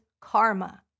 karma